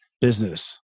business